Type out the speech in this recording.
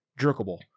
jerkable